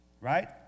Right